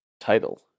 title